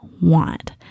want